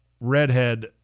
redhead